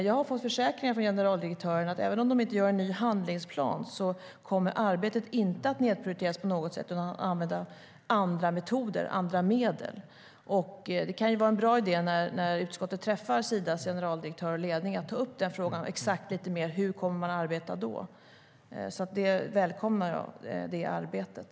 Jag har fått försäkringar från generaldirektören om att även om de inte gör en ny handlingsplan kommer inte arbetet att nedprioriteras på något sätt. Man kommer att använda andra metoder och andra medel. Det kan vara en bra idé när utskottet träffar Sidas generaldirektör och ledning att ta upp frågan lite mer exakt: Hur kommer man att arbeta då? Jag välkomnar det arbetet.